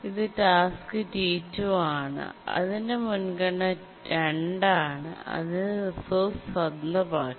ഇത് task T2 ആണ് അതിന്റെ മുൻഗണന 2 ആണ് അത് റിസോഴ്സ് സ്വന്തമാക്കി